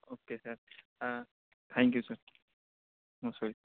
okay sir thank you sir no sir